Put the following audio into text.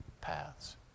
paths